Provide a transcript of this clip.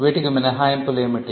వీటికి మినహాయింపులు ఏమిటి